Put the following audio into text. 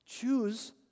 Choose